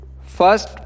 First